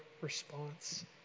response